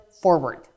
forward